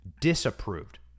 disapproved